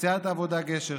סיעת העבודה-גשר,